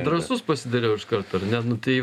drąsus pasidariau iš karto ar ne nu tai